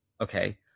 okay